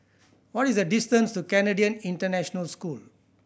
what is the distance to Canadian International School